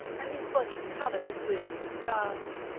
and these bodies covered with wounds and scars.